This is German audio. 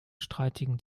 streitigen